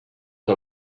que